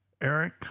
Eric